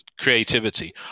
creativity